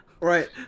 right